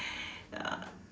uh